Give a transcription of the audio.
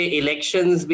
elections